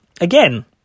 again